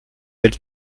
elles